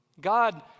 God